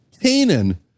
Canaan